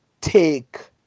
take